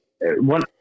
one